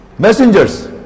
messengers